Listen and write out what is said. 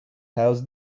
housed